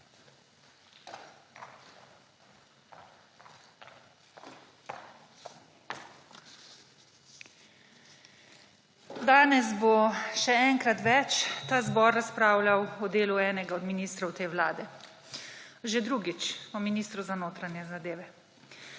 Danes bo še enkrat več ta zbor razpravljal o delu enega od ministrov te vlade. Že drugič o ministru za notranje zadeve.